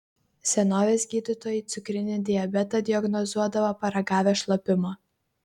senovės gydytojai cukrinį diabetą diagnozuodavo paragavę šlapimo